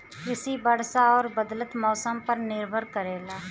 कृषि वर्षा और बदलत मौसम पर निर्भर करेला